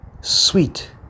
sweet